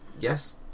yes